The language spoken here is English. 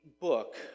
book